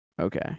Okay